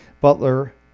Butler